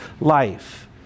life